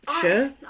sure